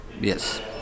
Yes